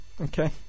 Okay